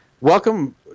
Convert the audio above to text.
welcome